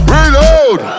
Reload